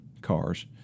cars